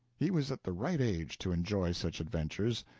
he was at the right age to enjoy such adventures,